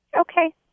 Okay